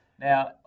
Now